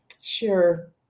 Sure